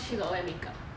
cause she got wear makeup